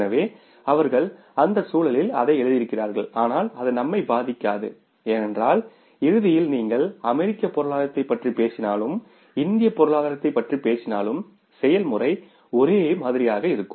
எனவே அவர்கள் அந்த சூழலில் அதை எழுதியிருக்கிறார்கள் ஆனால் அது நம்மை பாதிக்காது ஏனென்றால் இறுதியில் நீங்கள் அமெரிக்க பொருளாதாரத்தைப் பற்றி பேசினாலும் இந்திய பொருளாதாரத்தைப் பற்றி பேசினாலும் செயல்முறை ஒரே மாதிரியாக இருக்கும்